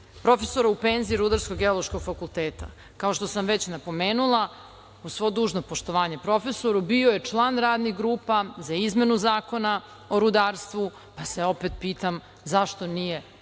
profesora u penziji Rudarsko-geološkog fakulteta, kao što sam već napomenula, uz svo dužno poštovanje profesoru, bio je član radnih grupa za izmenu Zakona o rudarstvu, pa se opet pitam, zašto nije